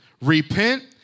repent